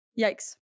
yikes